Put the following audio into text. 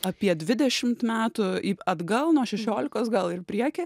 apie dvidešimt metų atgal nuo šešiolikos gal ir prieky